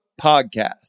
podcast